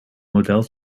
model